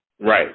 Right